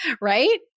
right